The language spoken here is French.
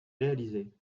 réalisées